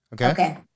Okay